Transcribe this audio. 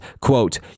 quote